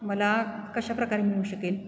मला कशाप्रकारे मिळू शकेल